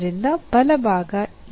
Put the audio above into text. ಆದ್ದರಿಂದ ಬಲಭಾಗ ಈ x ಆಗುತ್ತದೆ